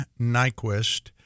Nyquist